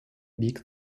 бік